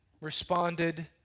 responded